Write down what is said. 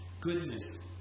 Goodness